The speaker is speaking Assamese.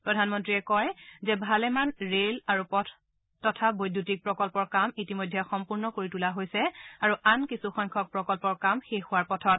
প্ৰধানমন্ত্ৰীয়ে কয় যে ভালেমান বৈদ্যুতিক ৰেল আৰু পথ প্ৰকল্পৰ কাম ইতিমধ্যে সম্পূৰ্ণ কৰি তোলা হৈছে আৰু আন কিছু সংখ্যক প্ৰকল্পৰ কাম শেষ হোৱাৰ পথত